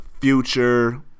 future